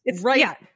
right